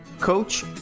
coach